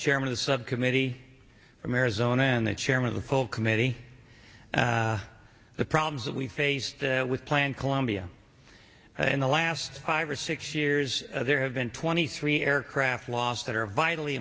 chairman of the subcommittee from arizona and the chairman of the full committee the problems that we faced with plan colombia in the last five or six years there have been twenty three aircraft lost that are vitally